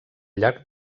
llarg